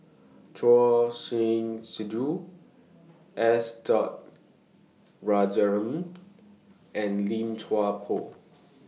Choor Singh Sidhu S Dot Rajaratnam and Lim Chuan Poh